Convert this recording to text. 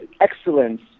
excellence